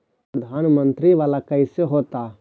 प्रधानमंत्री मंत्री वाला कैसे होता?